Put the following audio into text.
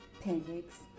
Pancakes